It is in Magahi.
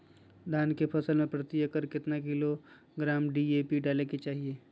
धान के फसल में प्रति एकड़ कितना किलोग्राम डी.ए.पी डाले के चाहिए?